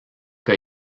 qu’a